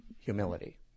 humility